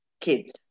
kids